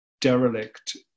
derelict